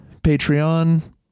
patreon